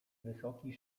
wysoki